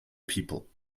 people